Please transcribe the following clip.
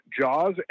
JAWS